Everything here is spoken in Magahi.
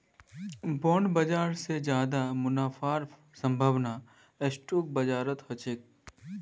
बॉन्ड बाजार स ज्यादा मुनाफार संभावना स्टॉक बाजारत ह छेक